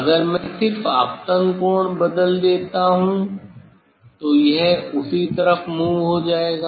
अगर मैं सिर्फ आपतन कोण बदल देता हूं तो यह उसी तरफ मूव हो जाएगा